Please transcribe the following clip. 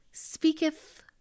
speaketh